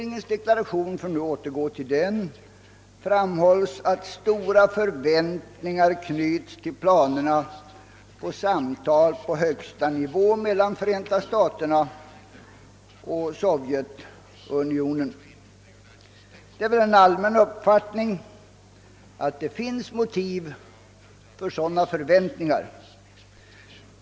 I regeringsdeklarationen, för att nu återgå till den, framhålls att stora förväntningar knyts till planerna på samtal på högsta nivå mellan Förenta staterna och Sovjetunionen. Det är en allmän uppfattning att det finns motiv för sådana förväntningar.